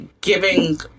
giving